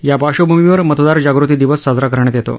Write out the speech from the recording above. या पार्श्वभूमीवर मतदार जागृती दिवस साजरा करण्यात येतो